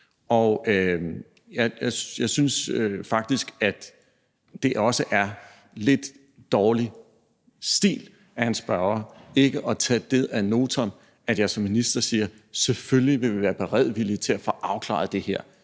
og jeg synes faktisk, at det også er lidt dårlig stil af en spørger ikke at tage det ad notam, at jeg som minister siger: Selvfølgelig vil jeg være beredvillig i forhold til at få afklaret det her.